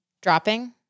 dropping